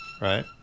Right